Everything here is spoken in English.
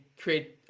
create